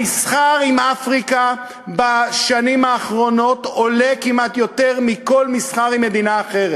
המסחר עם אפריקה בשנים האחרונות עולה כמעט יותר מכל מסחר עם מדינה אחרת.